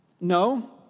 No